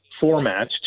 format